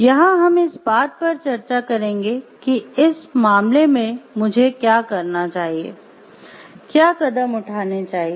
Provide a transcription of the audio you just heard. यहां हम इस बात पर चर्चा करेंगे कि इस मामले में मुझे क्या करना चाहिए क्या कदम उठाने चाहिए